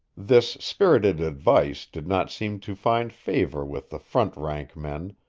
this spirited advice did not seem to find favor with the front-rank men,